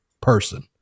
person